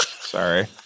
Sorry